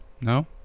No